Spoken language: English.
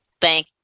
thank